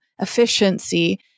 efficiency